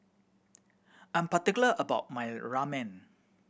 I'm particular about my Ramen